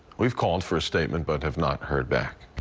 we've called for a statement but have not heard back.